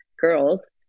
girls